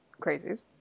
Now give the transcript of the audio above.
crazies